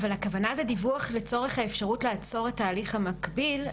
הכוונה זה דיווח לצורך האפשרות לעצור את ההליך המקביל,